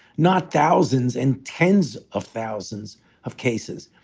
not thousands and tens of thousands of cases.